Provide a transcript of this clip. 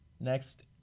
next